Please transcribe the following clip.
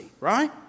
Right